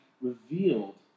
revealed